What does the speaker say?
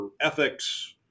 ethics